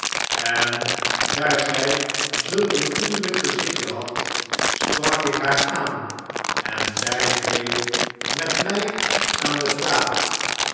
en daar zij zulk een vriendelijk gezichtje had sprak ik haar aan en zij bleef met mij aan de praat